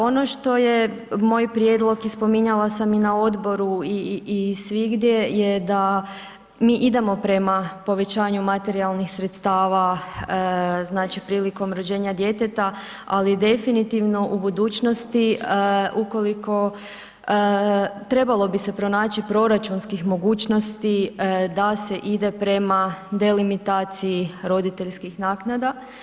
Ono što je moj prijedlog i spominjala sam i na odboru i svigdje je da mi idemo prema povećanju materijalnih sredstava, znači prilikom rođenja djeteta, ali definitivno u budućnosti ukoliko, trebalo bi se pronaći proračunskih mogućnosti da se ide prema delimitaciji roditeljskih naknada.